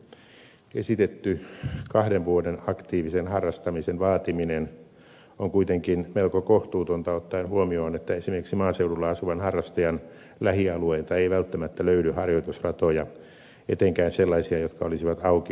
esitetty kahden vuoden aktiivisen harrastamisen vaatiminen on kuitenkin melko kohtuutonta ottaen huomioon että esimerkiksi maaseudulla asuvan harrastajan lähialueilta ei välttämättä löydy harjoitusratoja etenkään sellaisia jotka olisivat auki ympäri vuoden